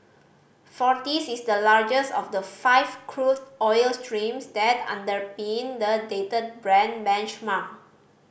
Forties is the largest of the five crude oil streams that underpin the dated Brent benchmark